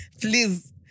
Please